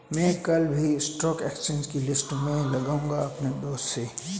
मै कल की stock exchange की लिस्ट लाऊंगा अपने दोस्त से